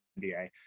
NBA